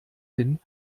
hin